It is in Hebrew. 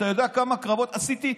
אתה יודע כמה קרבות עשיתי?